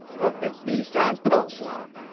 of the nissan pulsar